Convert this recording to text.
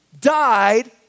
died